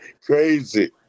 Crazy